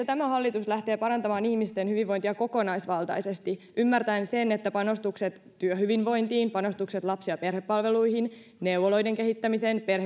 tämä hallitus lähtee parantamaan ihmisten hyvinvointia kokonaisvaltaisesti ymmärtäen sen että panostukset työhyvinvointiin lapsi ja perhepalveluihin neuvoloiden kehittämiseen